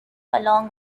along